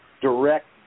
direct